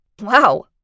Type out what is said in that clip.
Wow